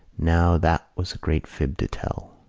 now that was a great fib to tell.